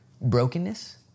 brokenness